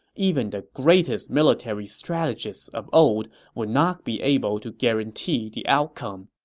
even the greatest military strategists of old would not be able to guarantee the outcome.